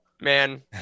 man